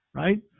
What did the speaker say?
right